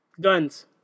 Guns